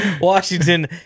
Washington